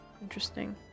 Interesting